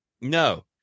No